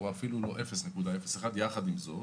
זה אפילו לא 0.01. יחד עם זאת,